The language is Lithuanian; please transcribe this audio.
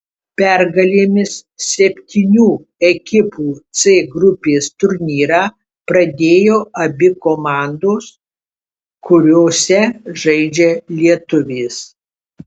pergalėmis septynių ekipų c grupės turnyrą pradėjo abi komandos kuriose žaidžia lietuvės